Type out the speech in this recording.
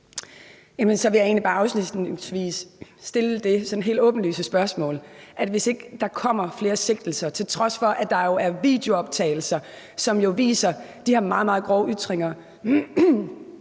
bare afslutningsvis stille det sådan helt åbenlyse spørgsmål, om ministeren, hvis ikke der kommer flere sigtelser, til trods for at der jo er videooptagelser, som viser de her meget, meget grove ytringer,